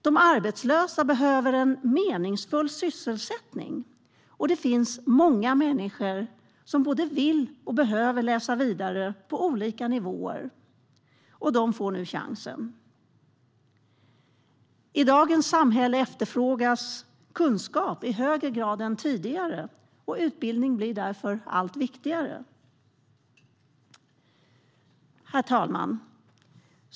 De arbetslösa behöver en meningsfull sysselsättning. Det finns många människor som både vill och behöver läsa vidare på olika nivåer. De får nu chansen. I dagens samhälle efterfrågas kunskap i högre grad än tidigare, och utbildning blir därför allt viktigare. Herr talman!